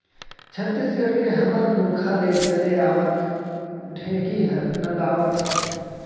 छत्तीसगढ़ के हमर पुरखा ले चले आवत ढेंकी हर नंदावत हे